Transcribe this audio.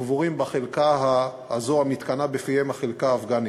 קבורים בחלקה הזו המתכנה בפיהם "החלקה האפגנית".